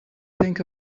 think